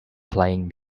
playing